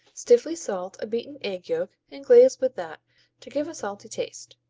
stiffly salt a beaten egg yolk and glaze with that to give a salty taste.